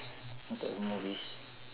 what type of movies